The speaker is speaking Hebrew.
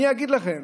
אני אגיד לכם